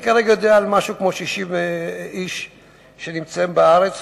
אני יודע על משהו כמו 60 איש שנמצאים בארץ